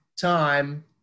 time